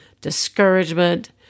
discouragement